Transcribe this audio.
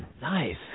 Nice